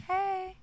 Hey